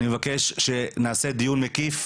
אני מבקש שנעשה דיון מקיף,